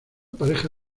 pareja